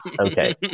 Okay